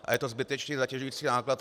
Je to zbytečně zatěžující náklad.